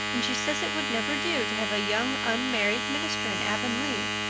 and she says it would never do to have a young unmarried minister in avonlea,